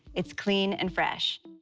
it's clean and fresh.